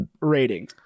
rating